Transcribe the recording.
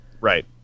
Right